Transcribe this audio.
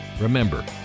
Remember